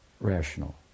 Rational